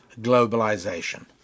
globalization